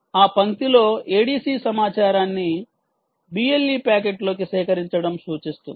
ఆ పంక్తిలో ADC సమాచారాన్ని BLE ప్యాకెట్లోకి సేకరించడం సూచిస్తుంది